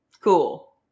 cool